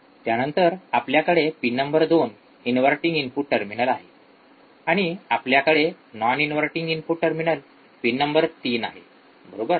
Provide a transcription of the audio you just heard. त्यानंतर आपल्याकडे pin number २ inverting input terminal आहे आणि आपल्याकडे non inverting input terminal pin number ३ आहे बरोबर